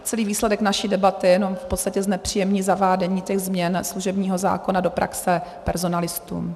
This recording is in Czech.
Celý výsledek naší debaty jenom v podstatě znepříjemní zavádění těch změn služebního zákona do praxe personalistům.